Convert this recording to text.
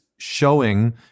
showing